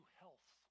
health